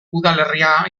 udalerria